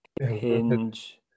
Hinge